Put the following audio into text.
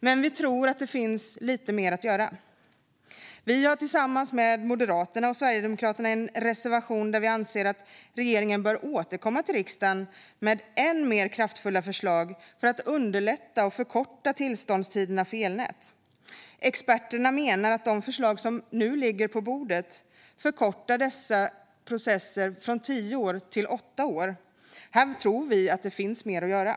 Men vi tror att det finns lite mer att göra. Vi har tillsammans med Moderaterna och Sverigedemokraterna en reservation där vi anser att regeringen ska återkomma till riksdagen med än mer kraftfulla förslag för att underlätta och förkorta tillståndstiderna för elnät. Experter menar att de förslag som nu ligger på bordet förkortar dessa processer från tio år till åtta år. Här tror vi att det finns mer att göra.